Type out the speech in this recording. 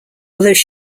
although